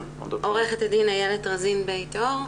עו"ד איילת רזין בית אור,